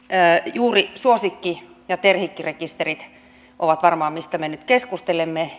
juuri suosikki ja terhikki rekisterit ovat varmaan mistä me nyt keskustelemme